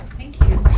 thank you,